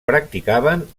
practicaven